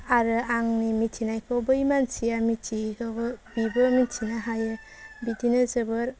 आरो आंनि मिथिनायखौ बै मानसिया मिथियैखौबो बिबो मिथिनो हायो बिदिनो जोबोर